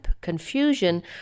confusion